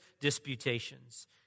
disputations